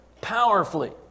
powerfully